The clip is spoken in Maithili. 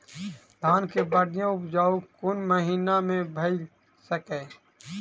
धान केँ बढ़िया उपजाउ कोण महीना मे भऽ सकैय?